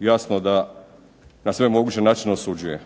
jasno da na sve moguće načine osuđuje.